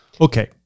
Okay